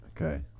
okay